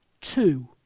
Two